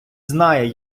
знає